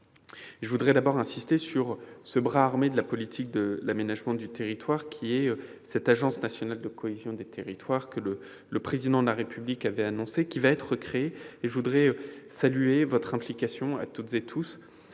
Je voudrais d'abord insister sur ce bras armé de la politique de l'aménagement du territoire qu'est l'Agence nationale de la cohésion des territoires, l'ANCT, que le Président de la République avait annoncée et qui va être créée. Je voudrais saluer votre implication à toutes et tous